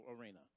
arena